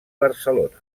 barcelona